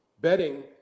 betting